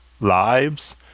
lives